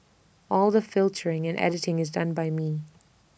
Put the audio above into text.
all the filtering and editing is done by me